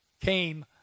came